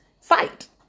fight